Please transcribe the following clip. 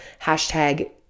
hashtag